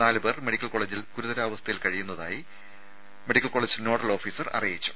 നാലുപേർ മെഡിക്കൽ കോളജിൽ ഗുരുതരാവസ്ഥയിൽ കഴിയുന്നതായി മെഡിക്കൽ കോളജ് നോഡൽ ഓഫീസർ അറിയിച്ചു